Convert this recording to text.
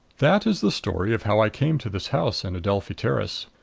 that is the story of how i came to this house in adelphi terrace.